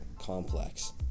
Complex